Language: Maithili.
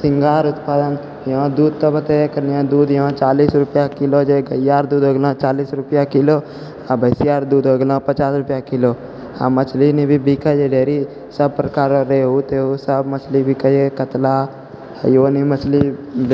शृँगार उत्पादन यहाँ दूध तबे तऽ दूध यहाँ चालिस रुपैआ किलो जे गैआरऽ दूध हो गेलहँ चालिस रुपैआ किलो भैँसिआरऽ दूध हो गेलहँ पचास रुपैआ किलो आओर मछली बिकै छै ढेरी सब प्रकाररऽ रेहू तेहूसब मछली बिकै हइ कतला नोनी मछली